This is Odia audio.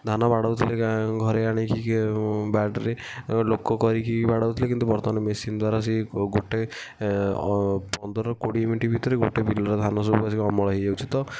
ଧାନ ବାଡ଼ାଉଥିଲେ ଗାଁ ଘରେ ଆଣିକି ବାଡ଼ିରେ ଲୋକ କରିକି ବାଡ଼ାଉଥିଲେ କିନ୍ତୁ ବର୍ତ୍ତମାନ ମେସିନ୍ ଦ୍ଵାରା ସେ ଗୋଟେ ପନ୍ଦର କୋଡ଼ିଏ ମିନିଟ୍ ଭିତରେ ଗୋଟେ ବିଲର ଧାନ ସବୁ ଆସି ଅମଳ ହୋଇଯାଉଛି ତ